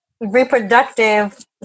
reproductive